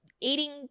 Eating